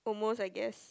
almost I guess